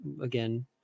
again